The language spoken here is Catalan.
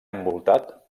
envoltat